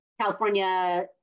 California